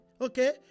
okay